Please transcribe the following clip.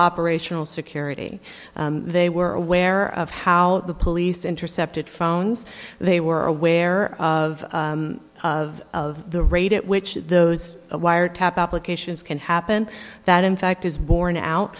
operational security they were aware of how the police intercepted phone they were aware of of of the rate at which those wiretap applications can happen that in fact is borne out